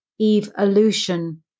evolution